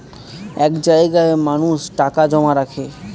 এক জায়গায় মানুষ টাকা জমা রাখে